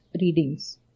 readings